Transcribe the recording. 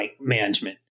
management